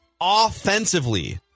offensively